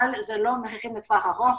אבל זה לא מחירים לטווח ארוך.